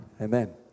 Amen